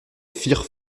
firent